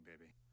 baby